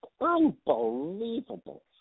unbelievable